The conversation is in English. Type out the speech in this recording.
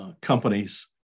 companies